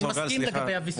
אני מסכים לגבי הוויסותים.